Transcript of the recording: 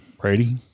Brady